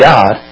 God